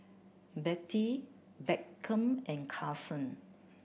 Bettye Beckham and Karson